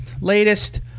latest